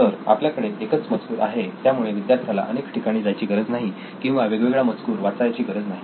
तर आपल्याकडे एकच मजकूर आहे त्यामुळे विद्यार्थ्याला अनेक ठिकाणी जायची गरज नाही किंवा वेगवेगळा मजकूर वाचावयाची गरज नाही